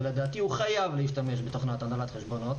ולדעתי הוא חייב להשתמש בתוכנת הנהלת חשבונות